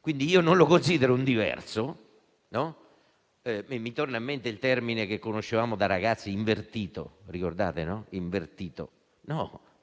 quindi, non lo considero un diverso. Mi torna in mente il termine che conoscevamo da ragazzi «invertito». Lo ricordate? Per